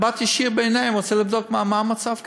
ואני רוצה לבדוק במבט ישיר אתם מה המצב כאן.